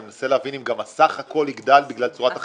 אני מנסה להבין אם גם הסך הכול יגדל בגלל צורת החישוב הזאת.